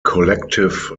collective